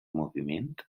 moviment